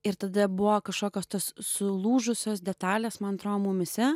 ir tada buvo kažkokios tos sulūžusios detalės man atrodo mumyse